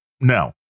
no